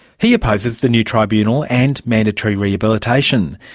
he opposes the new tribunal and mandatory rehabilitation,